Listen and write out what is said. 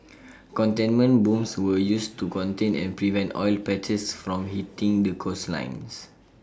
containment booms were used to contain and prevent oil patches from hitting the coastlines